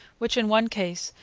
which, in one case,